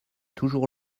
toujours